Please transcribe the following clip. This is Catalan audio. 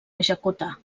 executar